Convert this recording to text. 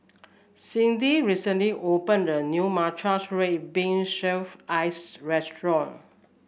Cindy recently opened a new Matcha Red Bean Shaved Ice restaurant